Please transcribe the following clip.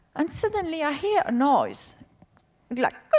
and suddenly i hear a noise. it be like, like